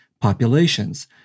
populations